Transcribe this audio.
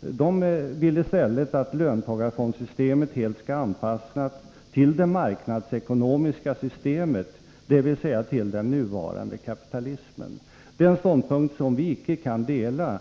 De vill i stället att löntagarfondssystemet helt skall anpassas till det marknadsekonomiska systemet, dvs. till den nuvarande kapitalismen, en ståndpunkt som vi inte kan dela.